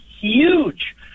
huge